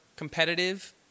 Competitive